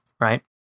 Right